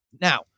Now